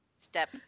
Step